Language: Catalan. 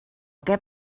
què